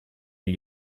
gli